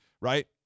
right